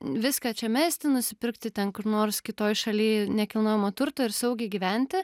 viską čia mesti nusipirkti ten kur nors kitoj šaly nekilnojamo turto ir saugiai gyventi